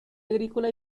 agrícola